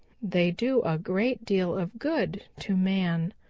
they do a great deal of good to man.